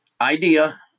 idea